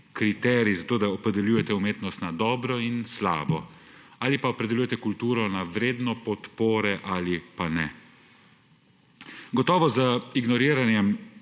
kriteriji za to, da opredeljujete umetnost na dobro in slabo ali pa opredeljujete kulturo na vredno podpore ali ne? Gotovo z ignoriranjem